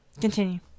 Continue